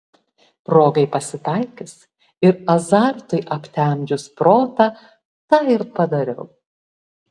progai pasitaikius ir azartui aptemdžius protą tą ir padariau